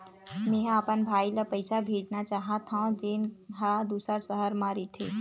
मेंहा अपन भाई ला पइसा भेजना चाहत हव, जेन हा दूसर शहर मा रहिथे